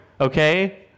Okay